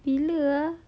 bila ah